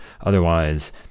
otherwise